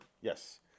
Yes